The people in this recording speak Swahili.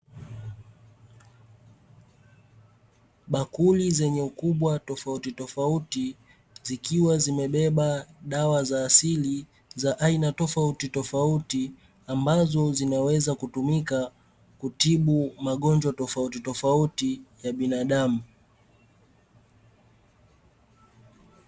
Bakuli zenye ukubwa tofautitofauti, zikiwa zimebeba dawa za asili za aina tofautitofauti, ambazo zinaweza kutumika kutibu magonjwa tofautitofauti ya binadamu.